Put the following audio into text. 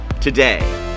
today